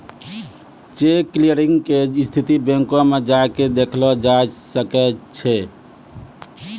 cheque clearing के स्थिति बैंको मे जाय के देखलो जाय सकै छै